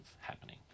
happening